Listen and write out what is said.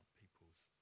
people's